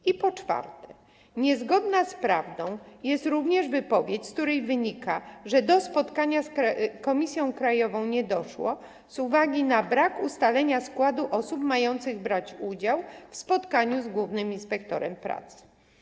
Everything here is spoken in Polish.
I po czwarte, niezgodna z prawdą jest również wypowiedź, z której wynika, że do spotkania z komisją krajową nie doszło z uwagi na brak ustalenia składu osób mających brać udział w spotkaniu z głównym inspektorem pracy.